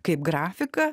kaip grafiką